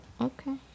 okay